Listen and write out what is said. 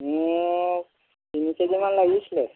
মোক তিনি কেজি মান লাগিছিলে